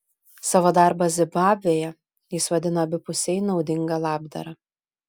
savo darbą zimbabvėje jis vadina abipusiai naudinga labdara